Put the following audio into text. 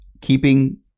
keeping